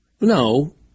No